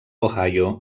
ohio